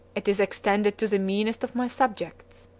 it is extended to the meanest of my subjects.